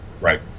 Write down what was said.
Right